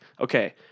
okay